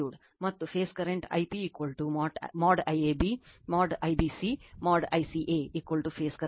ಮತ್ತು phase current I p mod IAB mod IBC mod ICA phase current